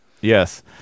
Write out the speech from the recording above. Yes